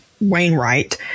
Wainwright